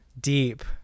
deep